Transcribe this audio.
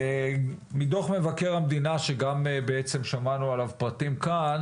מדוח מבקר המדינה שגם שמענו עליו פרטים כאן